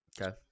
Okay